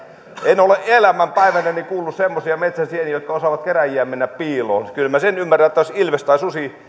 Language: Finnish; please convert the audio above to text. en ole elämänpäivänäni kuullut semmoisista metsän sienistä jotka osaavat kerääjiään mennä piiloon kyllä minä sen ymmärrän että ilves tai susi jos